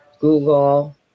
Google